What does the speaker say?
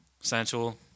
Sensual